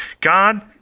God